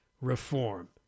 reform